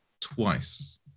twice